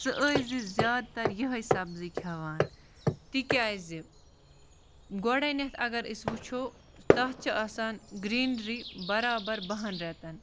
ژٕ ٲسۍ زِ زیادٕتر یِہٕے سبزی کھٮ۪وان تِکیٛازِ گۄڈنٮ۪تھ اگر أسۍ وٕچھو تَتھ چھِ آسان گِرٛیٖنری برابر بَہَن رٮ۪تَن